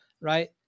right